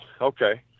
okay